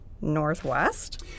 northwest